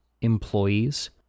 employees